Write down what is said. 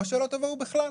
או שלא תבואו בכלל.